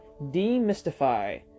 Demystify